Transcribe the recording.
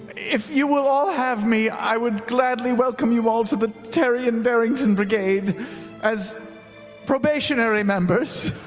if you will all have me, i would gladly welcome you all to the taryon darrington brigade as probationary members.